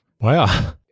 Wow